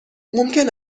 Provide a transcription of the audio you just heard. ممکن